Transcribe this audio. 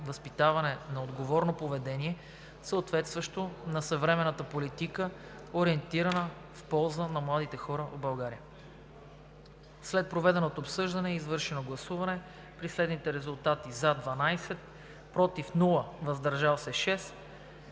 възпитаване на отговорно поведение, съответстващо на съвременната политика, ориентирана в полза на младите хора в България. След проведеното обсъждане и извършеното гласуване при следните резултати: 12 гласа „за“,